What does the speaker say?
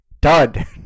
dud